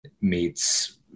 meets